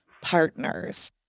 partners